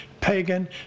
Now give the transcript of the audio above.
pagan